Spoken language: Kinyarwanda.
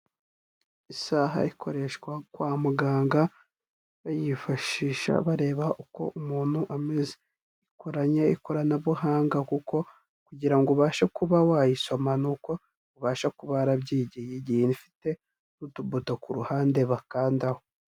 Isaha ikoreshwa kwa muganga, bayifashisha bareba uko umuntu ameze; ikoranye ikoranabuhanga kuko kugirango ubashe kuba wayisoma ni uko ubasha kuba warabyigiye, igiye ifite n'utubuto ku ruhande bakandaho.